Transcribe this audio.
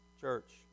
church